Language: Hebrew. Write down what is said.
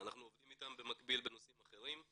אנחנו עובדים איתם במקביל בנושאים אחרים,